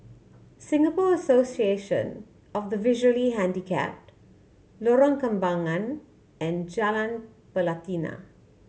Singapore Association of the Visually Handicapped Lorong Kembangan and Jalan Pelatina